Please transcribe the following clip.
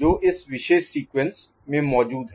जो इस विशेष सीक्वेंस में मौजूद है